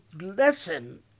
lesson